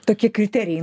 tokie kriterijai